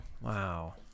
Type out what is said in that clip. Wow